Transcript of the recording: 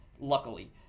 luckily